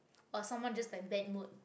or someone just like bad mood